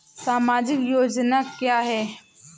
सामाजिक योजना क्या है?